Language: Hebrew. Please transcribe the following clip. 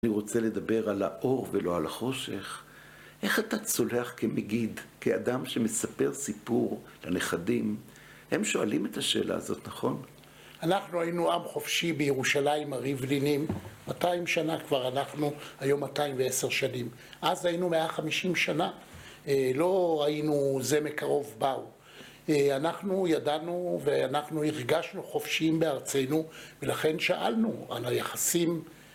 אני רוצה לדבר על האור ולא על החושך. איך אתה צולח כמגיד, כאדם שמספר סיפור לנכדים? הם שואלים את השאלה הזאת, נכון? אנחנו היינו עם חופשי בירושלים, הריבלינים. 200 שנה כבר אנחנו, היום 210 שנים. אז היינו 150 שנה, לא ראינו זה מקרוב באו. אנחנו ידענו ואנחנו הרגשנו חופשיים בארצנו, ולכן שאלנו על היחסים.